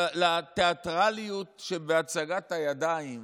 לתיאטרליות שבהצגת הידיים,